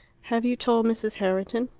have you told mrs. herriton?